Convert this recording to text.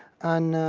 and